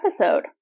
episode